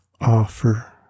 offer